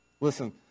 Listen